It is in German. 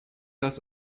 das